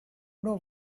know